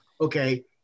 Okay